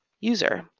user